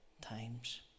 times